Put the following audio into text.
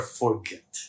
forget